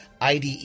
IDE